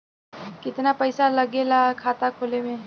कितना पैसा लागेला खाता खोले में?